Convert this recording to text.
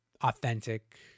authentic